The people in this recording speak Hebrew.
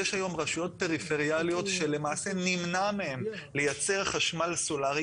יש היום רשויות פריפריאליות שלמעשה נמנע מהן לייצר חשמל סולארי,